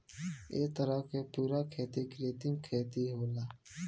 ए तरह के पूरा खेती कृत्रिम खेती होला